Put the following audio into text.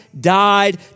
died